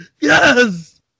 Yes